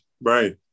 right